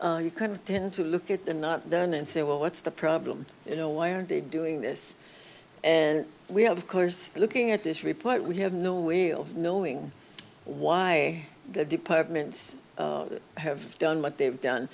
and you kind of tend to look at them not done and say well what's the problem you know why are they doing this and we of course looking at this report we have no way of knowing why the departments have done what they've done